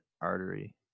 artery